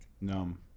numb